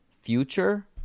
future